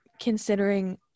considering